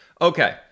Okay